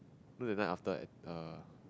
know that night after I err